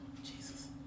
Jesus